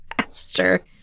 faster